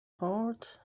heart